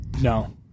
No